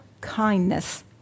kindness